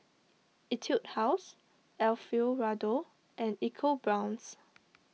Etude House Alfio Raldo and EcoBrown's